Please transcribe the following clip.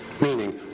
meaning